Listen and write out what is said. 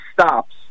stops